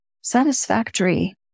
satisfactory